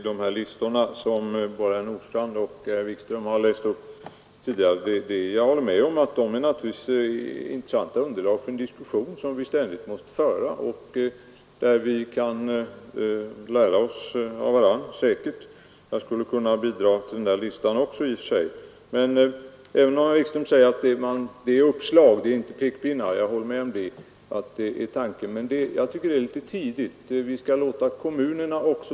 Herr talman! Jag håller med om att de listor som herr Nordstrandh och herr Wikström har läst upp är intressanta underlag för den diskussion som vi ständigt måste föra och där vi säkert kan lära oss av varandra — jag skulle i och för sig också kunna bidra till de här listorna. Herr Wikström säger att det är uppslag och inte pekpinnar. Jag förstår att det är tanken, men jag tycker ändå att det är litet tidigt att komma med några uppslag.